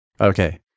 Okay